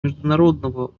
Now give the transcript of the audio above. международного